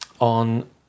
on